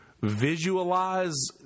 Visualize